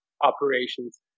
operations